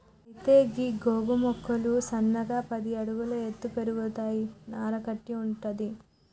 అయితే గీ గోగు మొక్కలు సన్నగా పది అడుగుల ఎత్తు పెరుగుతాయి నార కట్టి వుంటది